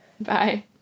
Bye